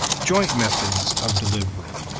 joint methods of delivery